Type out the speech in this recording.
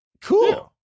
cool